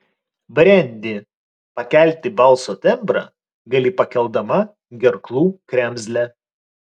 brendi pakelti balso tembrą gali pakeldama gerklų kremzlę